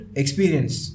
experience